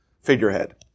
figurehead